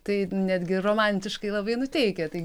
tai netgi romantiškai labai nuteikia taigi